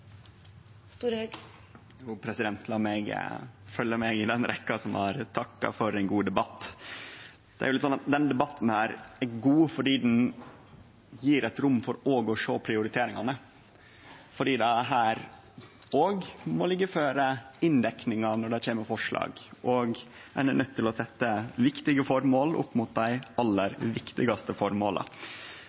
meg føye meg til den rekkja som har takka for ein god debatt. Denne debatten er god fordi han gir rom for å sjå prioriteringane, fordi det her òg må ligge føre inndekkingar når det kjem forslag, og ein er nøydd til å setje viktige føremål opp mot dei aller viktigaste